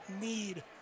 need